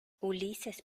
ulises